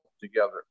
together